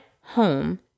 home